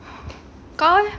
kau eh